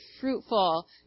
fruitful